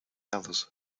others